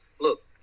look